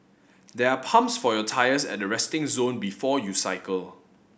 there are pumps for your tyres at the resting zone before you cycle